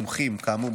חברי הכנסת,